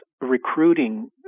recruiting